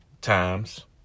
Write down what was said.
times